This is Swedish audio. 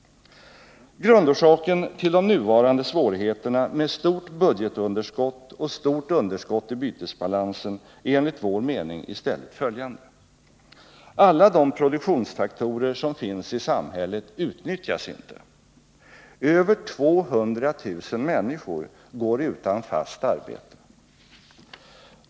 Grundorsaken till de nuvarande svårigheterna med stort budgetunderskott och stort underskott i bytesbalansen är enligt vår mening i stället följande: Alla de produktionsfaktorer som finns i samhället utnyttjas inte. Över 200 000 människor går utan fast arbete.